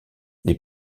les